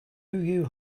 you